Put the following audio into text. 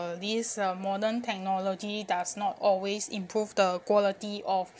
uh these uh modern technology does not always improve the quality of